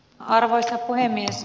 arvoisa puhemies